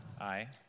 Aye